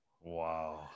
Wow